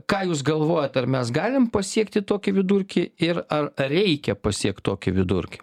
ką jūs galvojat ar mes galim pasiekti tokį vidurkį ir ar reikia pasiekt tokį vidurkį